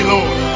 Lord